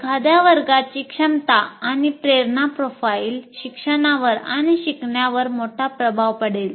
एखाद्या वर्गाची क्षमता आणि प्रेरणा प्रोफाइल शिक्षणावर आणि शिकण्यावर मोठा प्रभाव पाडेल